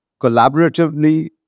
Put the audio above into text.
collaboratively